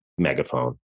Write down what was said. Megaphone